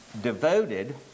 devoted